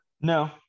no